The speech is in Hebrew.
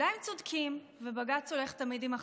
אולי הם צודקים ובג"ץ הולך תמיד עם החזקים?